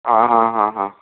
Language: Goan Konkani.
हां हां हां हां